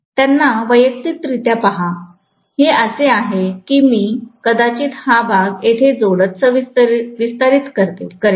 त्यांना वैयक्तिकरित्या पहा हे असे आहे कीमी कदाचित हा भाग येथे थोडा विस्तारित करेल